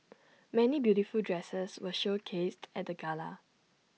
many beautiful dresses were showcased at the gala